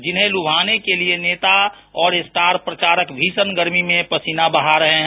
जिन्हे लूभाने के लिए नेता और स्टार प्रचारक भीषण गरमी में पसीना बहा रहे हैं